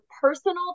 personal